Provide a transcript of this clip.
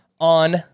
on